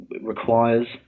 requires